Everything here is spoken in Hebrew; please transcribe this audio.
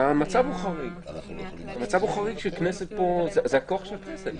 המצב הוא חריג, זה הכוח של הכנסת.